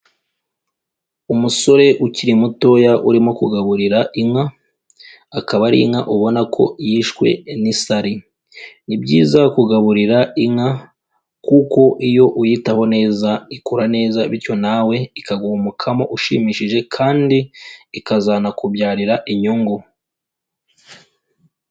Umusore ukiri mutoya urimo kugaburira inka, akaba ari inka ubona ko yishwe n'isari. Ni byiza kugaburira inka kuko iyo uyitaho neza ikura neza bityo nawe ikaguha umukamo ushimishije kandi ikazanakubyarira inyungu.